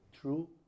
true